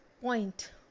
point